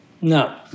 No